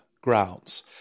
grounds